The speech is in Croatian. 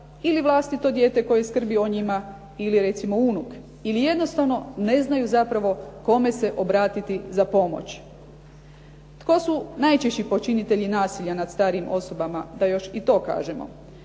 ili vlastito dijete koje skrbi o njima ili recimo unuk, ili jednostavno ne znaju zapravo kome se obratiti za pomoć. Tko su najčešći počinitelji nasilja nad starijim osobama, da još i to kažemo.